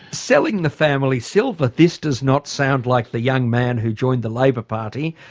selling the family silver, this does not sound like the young man who joined the labor party,